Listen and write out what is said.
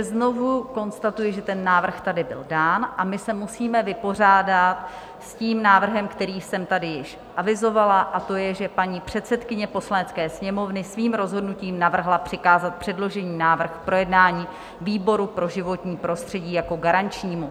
Znovu konstatuji, že ten návrh tady byl dán, a my se musíme vypořádat s tím návrhem, který jsem tady již avizovala, a to je, že paní předsedkyně Poslanecké sněmovny svým rozhodnutím navrhla přikázat předložený návrh k projednání výboru pro životní prostředí jako garančnímu.